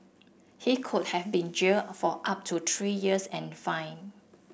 he could have been jailed for up to three years and fined